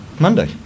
Monday